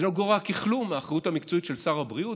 זה לא גורע בכלום מהאחריות המקצועית של שר הבריאות,